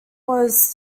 was